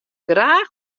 graach